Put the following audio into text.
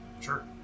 Sure